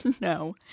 No